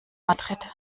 madrid